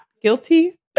Guilty